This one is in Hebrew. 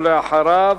ולאחריו,